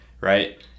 right